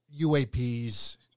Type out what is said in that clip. UAPs